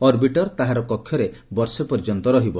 orbiter ତାହାର କକ୍ଷରେ ବର୍ଷେ ପର୍ଯ୍ୟନ୍ତ ରହିବ